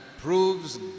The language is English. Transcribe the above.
proves